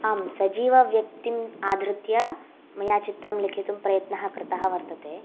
आं सजीवव्यक्तिम् आधृत्य मया चित्रं लिखितुं प्रयत्नः कृतः वर्तते